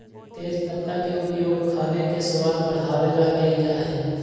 तेजपत्ता के उपयोग खाने के स्वाद बढ़ावे ला कइल जा हई